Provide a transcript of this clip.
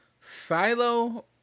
Silo